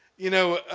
you know,